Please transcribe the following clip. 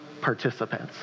participants